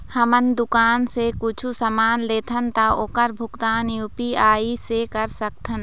हमन दुकान से कुछू समान लेथन ता ओकर भुगतान यू.पी.आई से कर सकथन?